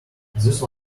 those